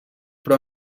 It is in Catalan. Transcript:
però